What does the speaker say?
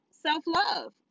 self-love